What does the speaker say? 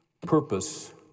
purpose